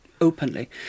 openly